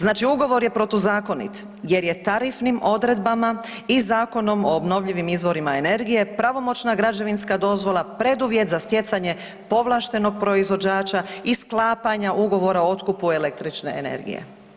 Znači, ugovor je protuzakonit jer je tarifnim odredbama i Zakonom o obnovljivim izvorima energije pravomoćna građevinska dozvola preduvjet za stjecanje povlaštenog proizvođača i sklapanja ugovora o otkupu električne energije.